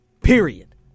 Period